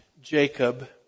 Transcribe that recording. Jacob